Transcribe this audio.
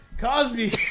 Cosby